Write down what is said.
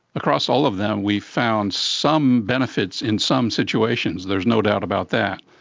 across all of them we found some benefits in some situations. there's no doubt about that.